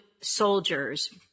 soldiers